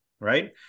right